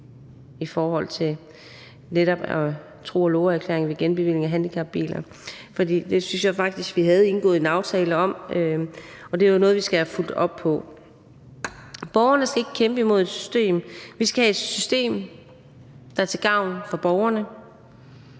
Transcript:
i forhold til tro og love-erklæring ved genbevilling af handicapbiler, for det synes jeg faktisk vi havde indgået en aftale om, og det er jo noget, vi skal have fulgt op på. Borgerne skal ikke kæmpe imod et system. Vi skal have et system, der er til gavn for borgerne.